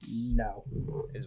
No